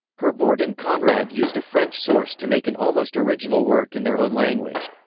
herbort and konrad used a french source to make an almost original work in their own language.